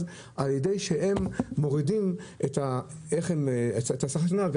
על ידי שהן מורידות את השכר של הנהג.